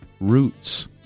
roots